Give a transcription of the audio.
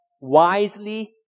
wisely